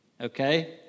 okay